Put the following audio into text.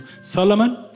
Solomon